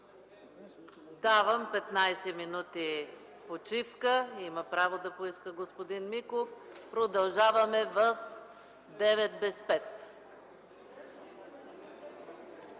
Давам 15 минути почивка. Има право да поиска господин Миков. Продължаваме в девет